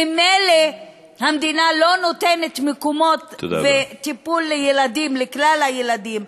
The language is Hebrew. ממילא המדינה לא נותנת מקומות וטיפול לכלל הילדים,